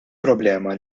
problema